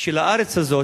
של הארץ הזאת,